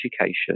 education